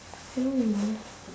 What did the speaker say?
I don't know